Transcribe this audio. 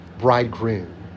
bridegroom